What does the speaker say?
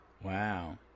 Wow